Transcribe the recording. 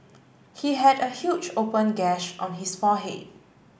he had a huge open gash on his forehead